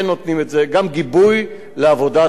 גם גיבוי לעבודת המשטרה,